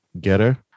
getter